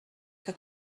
que